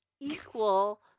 equal